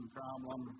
problem